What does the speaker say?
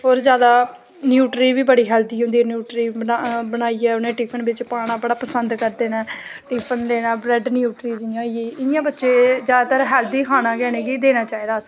होर जादै न्यूट्री बी बड़ी हैल्थी होंदी न्यूट्री बनाइयै टिफिन बिच पाना ओह् बड़ा पसंद करदे न टिफिन देना ब्रैड न्यूटरी जियां होई बच्चें गी जादै हैल्थी खाना गै देना चाहिदा असें